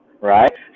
right